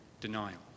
denial